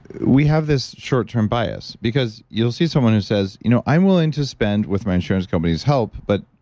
we have this short term bias. because you'll see someone who says, you know, i'm willing to spend, with my insurance company's help, but.